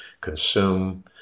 consume